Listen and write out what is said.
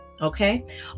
Okay